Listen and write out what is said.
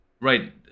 right